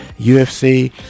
UFC